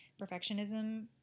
perfectionism